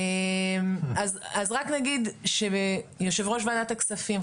רק אגיד שיושב-ראש ועדת הכספים,